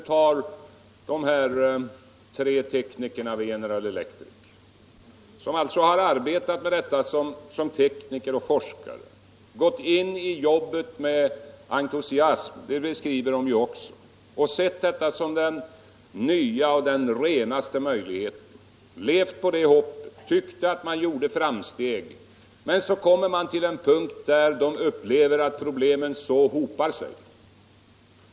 Tre tekniker vid General Electric, som har arbetat med kärnkraften som tekniker och forskare, som har gått in i jobbet med entusiasm — det beskriver de också — och sett detta som den nya och renaste möjligheten för energiförsörjningen, som har levat på hoppet och tyckt att de gjort framsteg, kommer slutligen till en punkt där de upplever att problemen hopar sig.